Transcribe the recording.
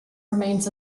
remains